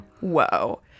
Whoa